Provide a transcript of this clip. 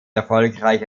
erfolgreich